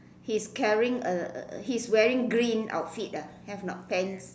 he's carrying a he's wearing green outfit ah have or not pants